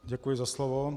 Děkuji za slovo.